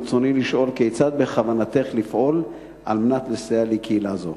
ברצוני לשאול כיצד בכוונתך לפעול על מנת לסייע לקהילה זו.